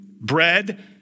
bread